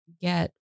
get